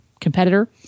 competitor